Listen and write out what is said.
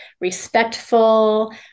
respectful